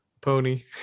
Pony